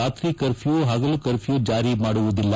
ರಾತ್ರಿ ಕರ್ಪ್ಯೂ ಪಗಲು ಕರ್ಪ್ಯೂ ಜಾರಿ ಮಾಡುವುದಿಲ್ಲ